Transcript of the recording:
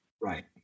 Right